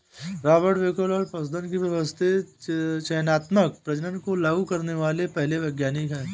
Robert Bakewell पशुधन के व्यवस्थित चयनात्मक प्रजनन को लागू करने वाले पहले वैज्ञानिक है